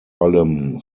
allem